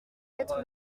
quatre